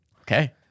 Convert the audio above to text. Okay